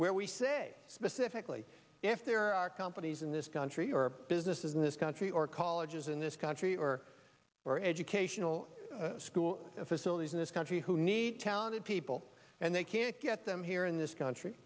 where we say specifically if there are companies in this country or businesses in this country or colleges in this country or for educational school facilities in this country who need talented people and they can't get them here in this country